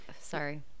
Sorry